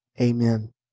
Amen